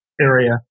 area